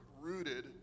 Rooted